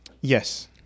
yes